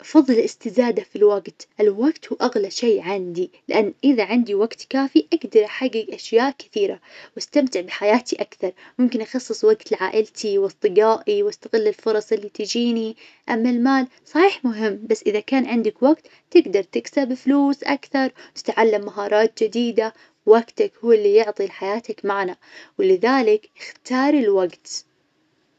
أفظل الاستزادة في الوقت الوقت هو أغلى شي عندي لأن إذا عندي وقت كافي أقدر أحقق أشياء كثيرة واستمتع بحياتي أكثر ممكن أخصص وقت لعائلتي وأصدقائي وأستغل الفرص اللي تجيني. أما المال صحيح مهم بس إذا كان عندك وقت تقدر تكسب فلوس أكثر تتعلم مهارات جديدة. وقتك هو اللي يعطي لحياتك معنى ولذلك أختار الوقت.